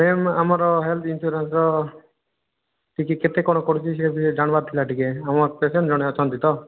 ma'am ଆମର୍ health insurance ଟିକେ କେତେ କ'ଣ ପଡ଼ୁଛି ସେ ବିଷୟରେ ଜାଣବାର୍ ଥିଲା ଟିକେ ଆମର୍ ପେସେଣ୍ଟ ଜଣେ ଅଛନ୍ତି ତ